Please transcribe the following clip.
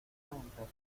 cuentas